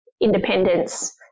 independence